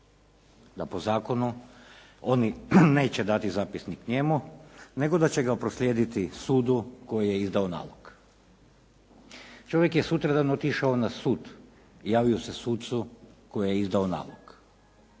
da po zakonu oni neće dati zapisnik njemu, nego da će ga proslijediti sudu koji je izdao nalog. Čovjek je sutradan otišao na sud, javio se sucu koji je izdao nalog.